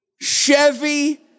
Chevy